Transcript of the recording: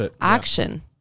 action